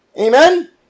Amen